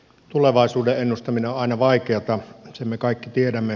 tulevaisuuden ennustaminen on aina vaikeata sen me kaikki tiedämme